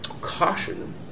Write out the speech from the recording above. caution